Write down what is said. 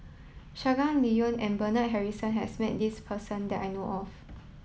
Shangguan Liuyun and Bernard Harrison has met this person that I know of